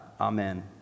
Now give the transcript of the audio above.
Amen